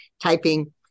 typing